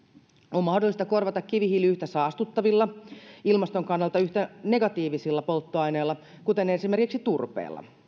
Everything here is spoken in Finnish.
on mahdollista korvata kivihiili yhtä saastuttavilla ilmaston kannalta yhtä negatiivisilla polttoaineilla kuten esimerkiksi turpeella